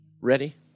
ready